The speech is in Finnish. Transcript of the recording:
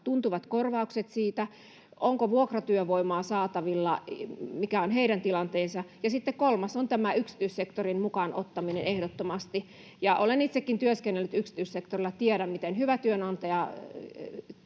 tuntuvat korvaukset siitä — onko vuokratyövoimaa saatavilla — mikä on heidän tilanteensa — ja sitten kolmas on tämä yksityissektorin mukaan ottaminen, ehdottomasti. Olen itsekin työskennellyt yksityissektorilla. Tiedän, miten hyvä työnantaja